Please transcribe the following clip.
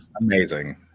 Amazing